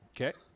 Okay